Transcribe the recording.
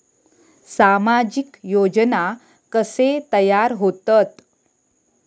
सामाजिक योजना कसे तयार होतत?